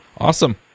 Awesome